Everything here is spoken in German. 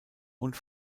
und